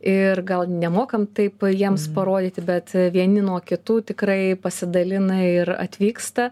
ir gal nemokam taip jiems parodyti bet vieni nuo kitų tikrai pasidalina ir atvyksta